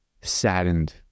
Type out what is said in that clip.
saddened